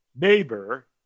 neighbor